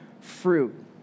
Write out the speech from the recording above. fruit